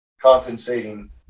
compensating